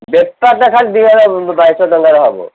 ବେପାରଟା ଖାଲି ଦୁଇ ହଜାର ବାଇଶି ଶହ ଟଙ୍କାର ହେବ